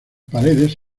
paredes